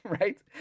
right